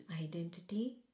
identity